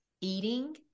eating